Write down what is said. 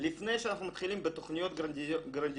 לפני שאנחנו מתחילים בתוכניות גרנדיוזיות,